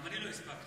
גם אני לא הספקתי.